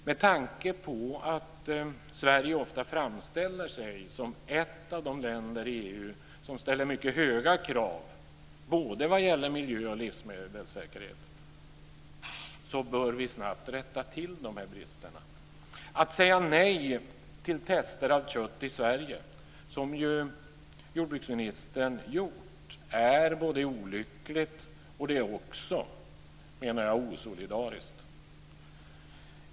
Med tanke på att Sverige ofta framställer sig som ett land i EU som ställer mycket höga krav vad gäller miljö och livsmedelssäkerhet bör vi snabbt rätta till de här bristerna. Att säga nej till test av kött i Sverige, som ju jordbruksministern gjort, är både olyckligt och, menar jag, osolidariskt.